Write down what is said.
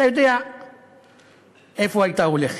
אתה יודע לאיפה הייתה הולכת,